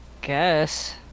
guess